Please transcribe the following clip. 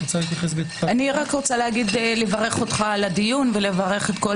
אני רוצה לברך אותך על הדיון ולברך את כל